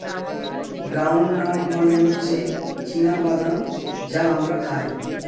ground nut মানে হচ্ছে চীনা বাদাম যা আমরা খাই